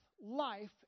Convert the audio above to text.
life